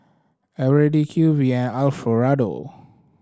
Eveready Q V and Alfio Raldo